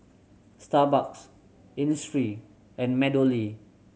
Starbucks Innisfree and MeadowLea